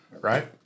Right